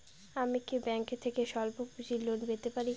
আমি কি ব্যাংক থেকে স্বল্প পুঁজির লোন পেতে পারি?